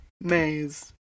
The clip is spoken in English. maze